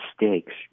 mistakes